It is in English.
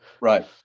Right